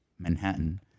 Manhattan